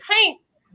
paints